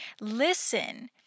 Listen